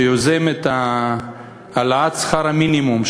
שיוזם את העלאת שכר המינימום,